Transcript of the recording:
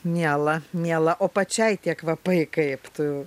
miela miela o pačiai tie kvapai kaip tu